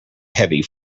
heavy